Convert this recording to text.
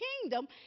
kingdom